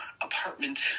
apartment